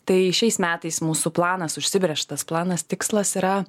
tai šiais metais mūsų planas užsibrėžtas planas tikslas yra